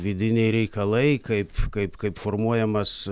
vidiniai reikalai kaip kaip kaip formuojamas